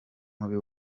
mubi